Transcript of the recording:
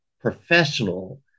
professional